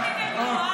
אל תדאגו,